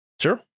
Sure